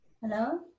Hello